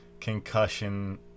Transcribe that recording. concussion